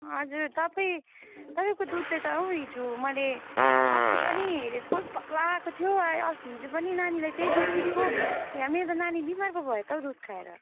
हजुर तपाईँ तपाईँको दुधले त हो हिजो मैले अस्ति पनि हेरेको वाक्क लागेको थियो अस्ति हिजो पनि नानीलाई त्यही दुध दिएको यहाँ मेरो नानी बिमार पो भयो त हो दुध खाएर